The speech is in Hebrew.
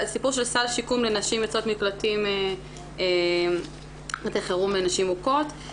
על הסיפור של סל שיקום לנשים יוצאות מקלטי חירום לנשים מוכות,